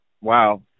Wow